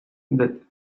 that